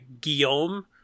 Guillaume